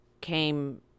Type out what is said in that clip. came